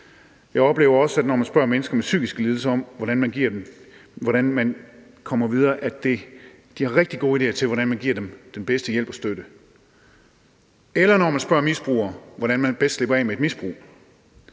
Jeg oplever også, at når man spørger mennesker med psykiske lidelser om, hvordan man kommer videre, så har de rigtig gode ideer til, hvordan man giver dem den bedste hjælp og støtte. Det samme er tilfældet, når man spørger misbrugere om, hvordan man bedst slipper af med et misbrug.